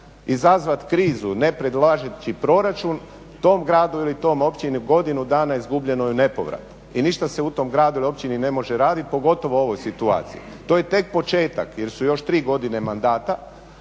izazvati krizu ne predlažući proračun tom gradu ili toj općini godinu dana izgubljeno je u nepovrat i ništa se u tom gradu ili općini ne može raditi pogotovo u ovoj situaciji. To je tek početak jer su još tri godine mandata.